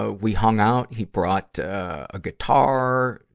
ah we hung out. he brought, ah, a guitar.